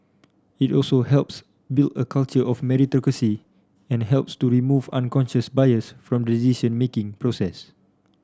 it also helps build a culture of meritocracy and helps to remove unconscious bias from decision making process